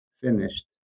finished